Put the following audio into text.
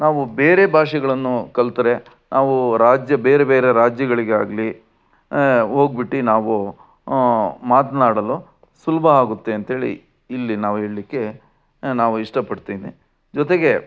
ನಾವು ಬೇರೆ ಭಾಷೆಗಳನ್ನು ಕಲಿತ್ರೆ ನಾವು ರಾಜ್ಯ ಬೇರೆ ಬೇರೆ ರಾಜ್ಯಗಳಿಗಾಗಲಿ ಹೋಗ್ಬಿಟ್ಟು ನಾವು ಮಾತನಾಡಲು ಸುಲಭ ಆಗುತ್ತೆ ಅಂತೇಳಿ ಇಲ್ಲಿ ನಾವು ಹೇಳಲಿಕ್ಕೆ ನಾವು ಇಷ್ಟಪಡ್ತೀನಿ ಜೊತೆಗೆ